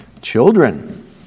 Children